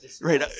right